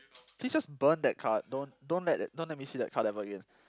please just burn that card don't don't let it don't let me see that card ever again